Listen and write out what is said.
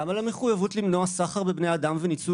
גם על המחויבות למנוע סחר בבני אדם וניצול